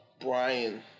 Brian